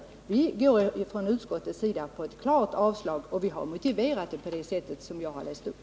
Utskottet föreslår avslag, och vi har motiverat detta i den mening som jag läste upp.